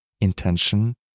intention